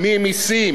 מה נגבה?